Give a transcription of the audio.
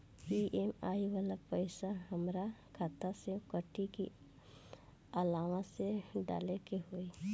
EMI वाला पैसा हाम्रा खाता से कटी की अलावा से डाले के होई?